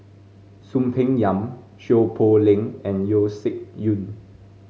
Soon Peng Yam Seow Poh Leng and Yeo Shih Yun